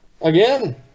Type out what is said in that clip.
Again